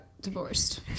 divorced